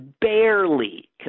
barely